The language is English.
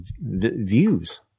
views